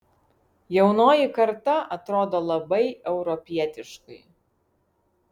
jaunoji karta atrodo labai europietiškai